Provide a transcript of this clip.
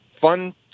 fun